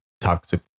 toxic